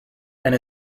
and